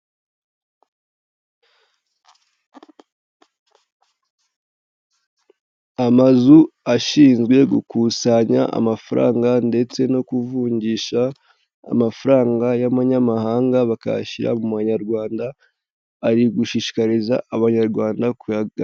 Amazu ashinzwe gukusanya amafaranga ndetse no kuvungisha amafaranga y'amanyamahanga bakayashyira mu manyarwanda, ari gushishikariza Abanyarwanda kuyaga...